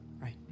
Right